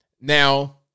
Now